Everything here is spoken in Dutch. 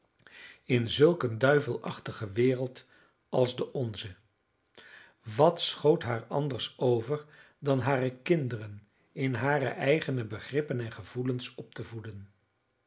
in zulk een duivelachtige wereld als de onze wat schoot haar anders over dan hare kinderen in hare eigene begrippen en gevoelens op te voeden